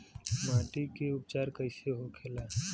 माटी के उपचार कैसे होखे ला?